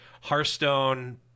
Hearthstone